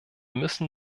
müssen